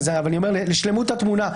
אבל אני אומר לשלמות התמונה.